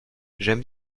j’aime